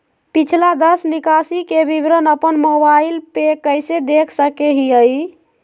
पिछला दस निकासी के विवरण अपन मोबाईल पे कैसे देख सके हियई?